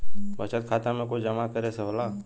बचत खाता मे कुछ जमा करे से होला?